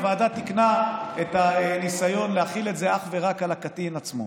הוועדה תיקנה את הניסיון להחיל את זה אך ורק על הקטין עצמו.